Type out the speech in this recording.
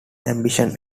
ambition